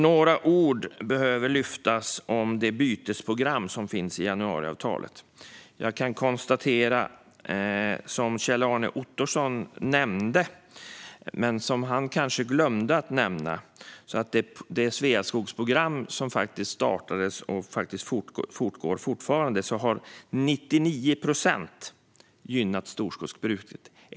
Några ord behöver sägas om det bytesprogram som finns i januariavtalet. Jag kan konstatera att Kjell-Arne Ottosson nämnde detta men att han kanske glömde att nämna följande: I det Sveaskogsprogram som startades, och som faktiskt fortgår fortfarande, har 99 procent gynnat storskogsbruket.